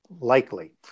likely